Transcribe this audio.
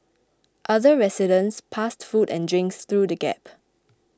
other residents passed food and drinks through the gap